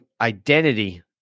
identity